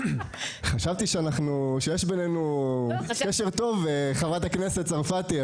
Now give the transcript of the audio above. חשבתי שיש בינינו קשר טוב, חברת הכנסת צרפתי.